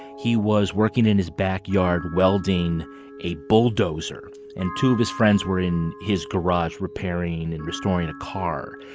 he was working in his backyard welding a bulldozer and two of his friends were in his garage, repairing and restoring a car.